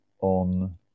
on